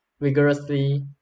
vigorously